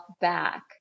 back